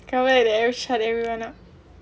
can't wait that I will shut everyone up